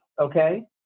okay